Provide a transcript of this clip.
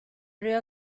río